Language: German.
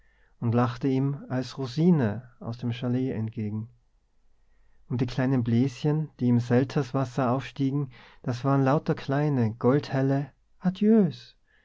und lachte ihm als rosine aus dem schalet entgegen und die kleinen bläschen die im selterswasser aufstiegen das waren lauter kleine goldhelle